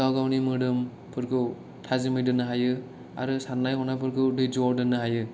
गाव गावनि मोदोम फोरखौ थाजिमै दोननो हायो आरो सान्नाय हनायफोरखौ धैज'आव दोननो हायो